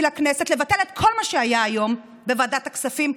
לכנסת כדי לבטל את כל מה שהיה היום בוועדת הכספים,